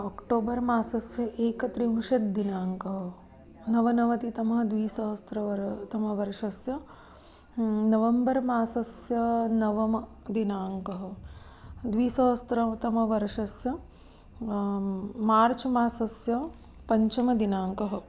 October मासस्य एकत्रिंशत् दिनाङ्कः नवनवतितमः द्वीसहस्रवर्षः तमवर्षस्य नवम्बर् मासस्य नवमदिनाङ्कः द्विसहस्रतमवर्षस्य मार्च् मासस्य पञ्चमदिनाङ्कः